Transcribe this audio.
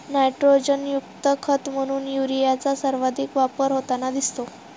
नायट्रोजनयुक्त खत म्हणून युरियाचा सर्वाधिक वापर होताना दिसतो